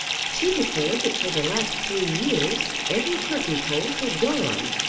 she declared that for the last three years every turkey poult had gone,